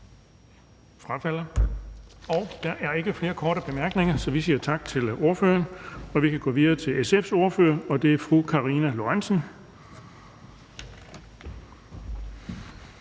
Der er ikke flere korte bemærkninger. Så vi siger tak til ordføreren og kan så gå videre til SF's ordfører, og det er fru Karina Lorentzen